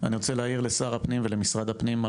אני רוצה לשר הפנים ולמשרד הפנים על